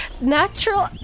natural